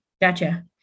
Gotcha